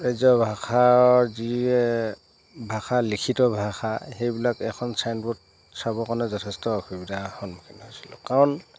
ৰাজ্য ভাষাৰ যি ভাষা লিখিত ভাষা সেইবিলাক এখন চাইনবোৰ্ড চাবৰ কাৰণে যথেষ্ট অসুবিধাৰ সন্মুখীন হৈছিলোঁ কাৰণ